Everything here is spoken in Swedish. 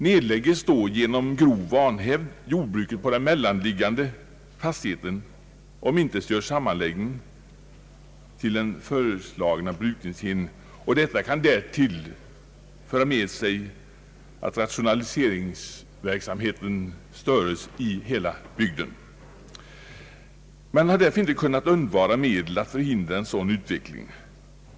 Nedlägges då genom grov vanhävd jordbruket på den mellanliggande fastigheten, omintetgöres sammanläggningen till den föreslagna brukningsenheten, och detta kan därtill föra med sig att rationaliseringsverksamheten störes i hela bygden. Man har därför inte kunnat undvara medel att förhindra en sådan utveckling.